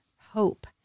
hope